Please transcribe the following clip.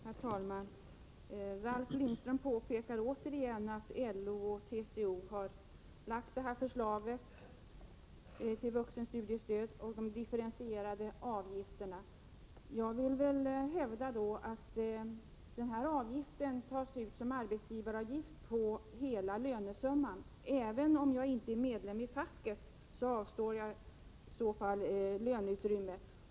Herr talman! Ralf Lindström påpekar återigen att LO och TCO har lagt fram förslagen om vuxenstudiestöd och differentierade avgifter. Jag vill peka på att avgifterna tas ut som arbetsgivaravgifter på hela lönesumman. Även om jag inte är medlem i facket får jag alltså avstå från löneutrymme.